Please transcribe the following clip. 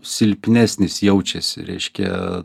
silpnesnis jaučiasi reiškia